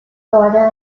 order